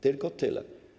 Tylko tyle.